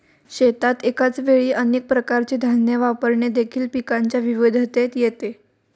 शेतात एकाच वेळी अनेक प्रकारचे धान्य वापरणे देखील पिकांच्या विविधतेत येते